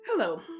Hello